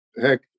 heck